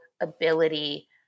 ability